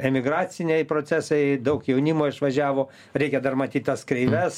emigraciniai procesai daug jaunimo išvažiavo reikia dar matyt tas kreives